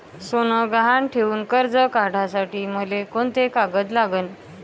सोनं गहान ठेऊन कर्ज काढासाठी मले कोंते कागद लागन?